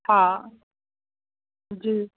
हा जी